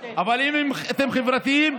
אבל אם אתם חברתיים,